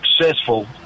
successful